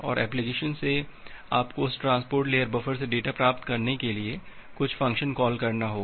और एप्लिकेशन से आपको उस ट्रांसपोर्ट लेयर बफर से डेटा प्राप्त करने के लिए कुछ फंक्शन कॉल करना होगा